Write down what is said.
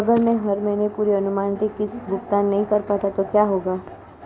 अगर मैं हर महीने पूरी अनुमानित किश्त का भुगतान नहीं कर पाता तो क्या होगा?